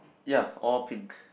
ya all pink